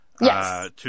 Yes